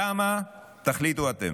לקחתי אותם